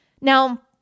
Now